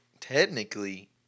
Technically